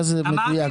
האם הבנתי